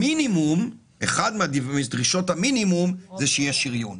אז אחת מדרישות המינימום זה שיהיה שריון.